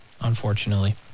unfortunately